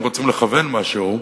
אם רוצים לכוון משהו.